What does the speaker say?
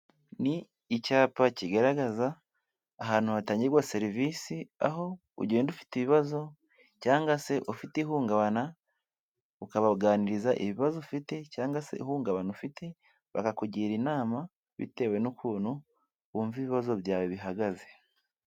Ni icyapa kigaragaza ahantu hatangirwa serivisi, aho ugenda ufite ibibazo cyangwa se ufite ihungabana ukabaganiriza ibibazo ufite cyangwa se ihungabana ufite, bakakugira inama bitewe n'ukuntu bumva ibibazo byawe bihagaze.